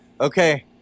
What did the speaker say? okay